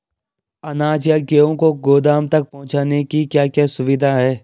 अनाज या गेहूँ को गोदाम तक पहुंचाने की क्या क्या सुविधा है?